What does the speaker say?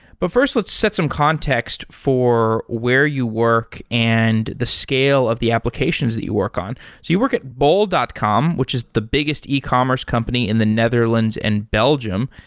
but first let's set some context for where you work and the scale of the applications that you work on. so you work at bol dot com, which is the biggest ecommerce company in the netherlands and belgium.